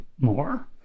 more